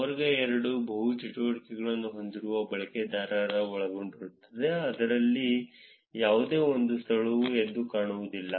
ವರ್ಗ 2 ಬಹು ಚಟುವಟಿಕೆಗಳನ್ನು ಹೊಂದಿರುವ ಬಳಕೆದಾರರನ್ನು ಒಳಗೊಂಡಿರುತ್ತದೆ ಇದರಲ್ಲಿ ಯಾವುದೇ ಒಂದು ಸ್ಥಳವು ಎದ್ದು ಕಾಣುವುದಿಲ್ಲ